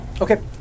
Okay